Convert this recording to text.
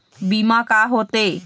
बीमा का होते?